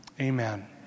Amen